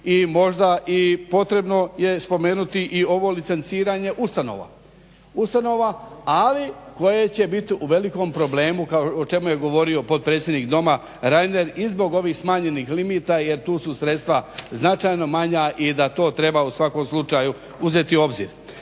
i možda i potrebo je spomenuti i ovo licenciranje ustanova, ali koje će bit u velikom problemu o čemu je govorio potpredsjednik Doma Reiner i zbog ovih smanjenih limita jer tu su sredstva značajno manja i da to treba u svakom slučaju uzeti u obzir.